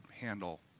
handle